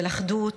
של אחדות,